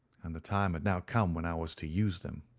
and the time had now come when i was to use them.